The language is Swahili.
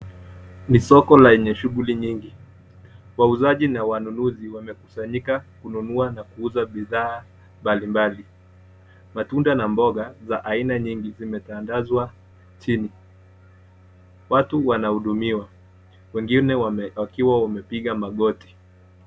Ni soko lenye shughuli nyingi. Wauzaji na wanunuzi wamekusanyika kununua na kuuza bidhaa mbali mbali. Matunda na mboga za aina nyingi, zimetandazwa chini. Watu wanahudumiwa, wengine wakiwa wamepiga magoti.